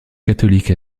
catholique